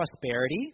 prosperity